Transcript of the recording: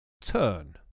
turn